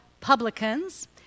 publicans